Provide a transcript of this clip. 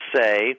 say